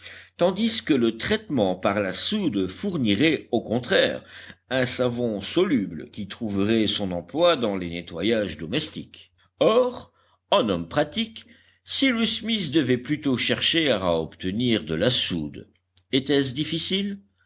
tandis que le traitement par la soude fournirait au contraire un savon soluble qui trouverait son emploi dans les nettoyages domestiques or en homme pratique cyrus smith devait plutôt chercher à obtenir de la soude était-ce difficile